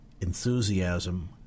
enthusiasm